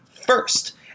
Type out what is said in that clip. first